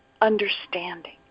understanding